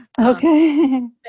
Okay